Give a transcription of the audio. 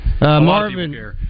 Marvin